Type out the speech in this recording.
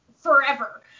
forever